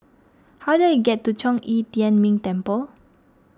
how do I get to Zhong Yi Tian Ming Temple